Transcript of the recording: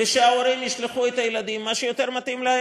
ושההורים ישלחו את הילדים למה שיותר מתאים להם.